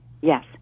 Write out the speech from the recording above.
Yes